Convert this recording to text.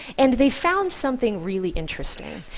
and they found something really interesting.